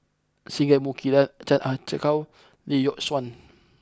Singai Mukilan Chan Ah Kow Lee Yock Suan